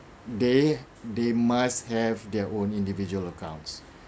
they they must have their own individual accounts